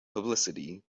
publicity